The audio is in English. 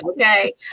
okay